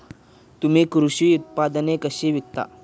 तुम्ही कृषी उत्पादने कशी विकता?